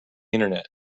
internet